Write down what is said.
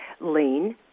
lean